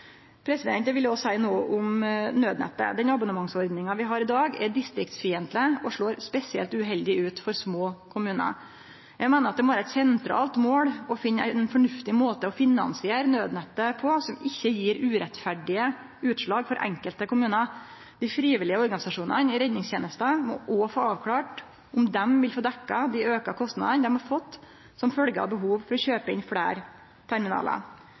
distrikta. Eg vil òg si noko om nødnettet. Den abonnementsordninga vi har i dag, er distriktsfiendtleg og slår spesielt uheldig ut for små kommunar. Eg meiner det må vere eit sentralt mål å finne ein fornuftig måte å finansiere nødnettet på som ikkje gjev urettferdige utslag for enkelte kommunar. Dei frivillige organisasjonane i redningstenesta må òg få avklart om dei vil få dekt dei auka kostnadane dei har fått som følgje av behov for å kjøpe inn fleire terminalar.